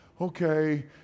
okay